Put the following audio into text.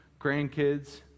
grandkids